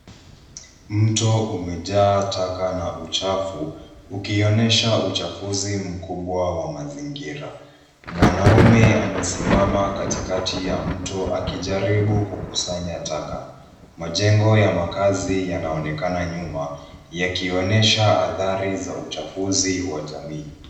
Mto umejaa taka na uchafu ukionyesha uchafuzi mkubwa wa mazingira. Mwanaume amesimama katikati ya mto akijaribu kukusanya taka. Majengo ya makaazi yanaonekana nyuma, yakionyesha athari za uchafuzi wa jamii.